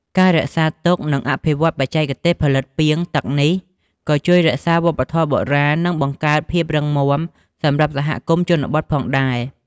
ការរក្សាទុក និងអភិវឌ្ឍបច្ចេកទេសផលិតពាងទឹកនេះ ក៏ជួយរក្សាវប្បធម៌បុរាណ និងបង្កើតភាពរឹងមាំសម្រាប់សហគមន៍ជនបទផងដែរ។